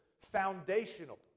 foundational